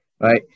right